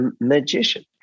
magician